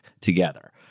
together